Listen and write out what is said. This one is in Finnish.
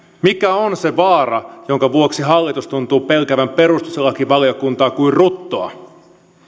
mikä on se vaara jonka vuoksi hallitus tuntuu pelkäävän perustuslakivaliokuntaa kuin ruttoa